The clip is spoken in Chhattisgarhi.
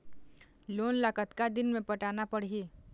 लोन ला कतका दिन मे पटाना पड़ही?